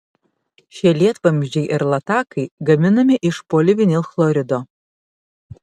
šie lietvamzdžiai ir latakai gaminami iš polivinilchlorido